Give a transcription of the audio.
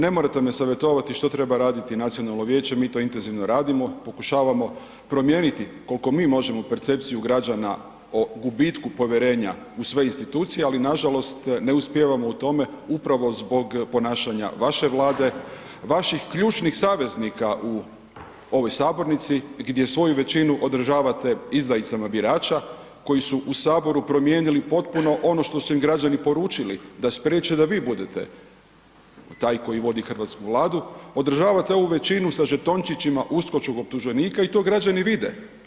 Ne morate me savjetovati što treba raditi Nacionalno vijeće, mi to intenzivno radimo, pokušavamo promijeniti koliko mi možemo percepciju građana o gubitku povjerenja u sve institucije, ali nažalost ne uspijevamo u tome upravo zbog ponašanja vaše Vlade, vaših ključnih saveznika u ovoj sabornici gdje svoju većinu odražavate izdajicama birača koji su u Saboru promijenili potpuno ono što su im građani poručili, da spriječe da vi budete taj koji vodi hrvatsku Vladu, održavate ovu većinu sa žetončićima uskočkog optuženika i to građani vide.